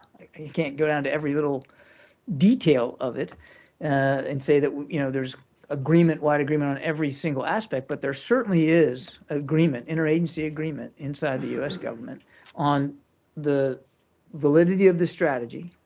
can't go down to every little detail of it and say that you know there's agreement wide agreement on every single aspect, but there certainly is agreement interagency agreement inside the u s. government on the validity of the strategy,